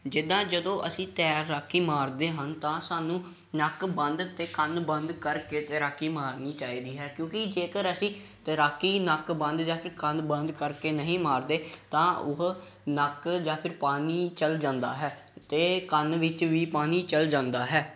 ਜਿੱਦਾਂ ਜਦੋਂ ਅਸੀਂ ਤੈਰਾਕੀ ਮਾਰਦੇ ਹਨ ਤਾਂ ਸਾਨੂੰ ਨੱਕ ਬੰਦ ਅਤੇ ਕੰਨ ਬੰਦ ਕਰਕੇ ਤੈਰਾਕੀ ਮਾਰਨੀ ਚਾਹੀਦੀ ਹੈ ਕਿਉਂਕਿ ਜੇਕਰ ਅਸੀਂ ਤੈਰਾਕੀ ਨੱਕ ਬੰਦ ਜਾਂ ਫਿਰ ਕੰਨ ਬੰਦ ਕਰਕੇ ਨਹੀਂ ਮਾਰਦੇ ਤਾਂ ਉਹ ਨੱਕ ਜਾਂ ਫਿਰ ਪਾਣੀ ਚਲ ਜਾਂਦਾ ਹੈ ਅਤੇ ਕੰਨ ਵਿੱਚ ਵੀ ਪਾਣੀ ਚਲ ਜਾਂਦਾ ਹੈ